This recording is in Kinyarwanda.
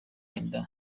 inda